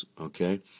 Okay